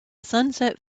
sunset